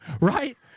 Right